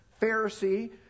Pharisee